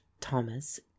Thomas